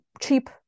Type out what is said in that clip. cheap